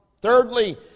Thirdly